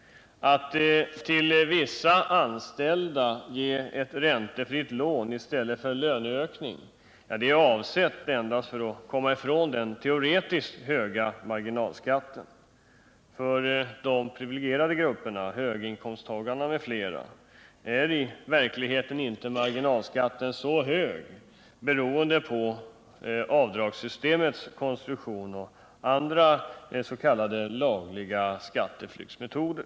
Metoden att ge vissa anställda räntefritt lån i stället för löneökning används endast för att komma ifrån den teoretiskt höga marginalskatten. För de privilegierade grupperna — höginkomsttagarna m.fl. —-äri verkligheten marginalskatten inte så hög, beroende på avdragssystemets konstruktion och andra s.k. lagliga skatteflyktsmetoder.